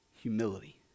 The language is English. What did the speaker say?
humility